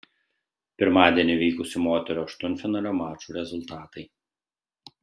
pirmadienį vykusių moterų aštuntfinalio mačų rezultatai